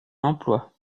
emploi